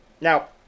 Now